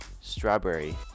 Strawberry